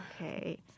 Okay